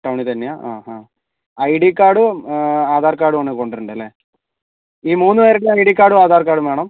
ടൗണിൽ തന്നെയാ അ അ ഐ ഡി കാർഡും ആധാർ കാർഡും ആണ് കൊണ്ടുവരേണ്ടത് അല്ലേ ഈ മൂന്ന് പേർക്കും ഐ ഡി കാർഡും ആധാർ കാർഡും വേണം